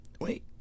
Wait